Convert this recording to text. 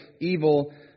evil